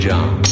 John